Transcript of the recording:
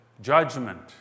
judgment